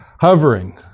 Hovering